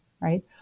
right